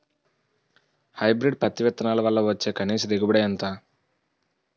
Hybrid పత్తి విత్తనాలు వల్ల వచ్చే కనీస దిగుబడి ఎంత?